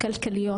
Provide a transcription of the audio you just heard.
כלכליות,